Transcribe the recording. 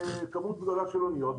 וכמות גדולה של אוניות,